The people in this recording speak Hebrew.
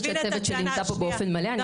אני אגיד שהצוות שלי נמצא פה באופן מלא.